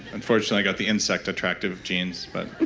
unfortunately got the insect attractive genes but